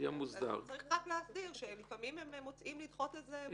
צריך להגיע לסיטואציה דווקא בהוצאה לפועל,